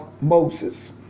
Moses